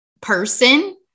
person